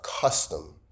custom